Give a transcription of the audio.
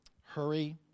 hurry